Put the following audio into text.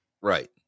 Right